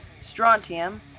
Strontium